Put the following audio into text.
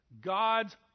God's